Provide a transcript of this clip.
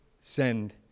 send